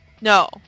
No